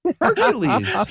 Hercules